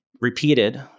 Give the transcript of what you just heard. repeated